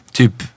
typ